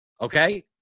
Okay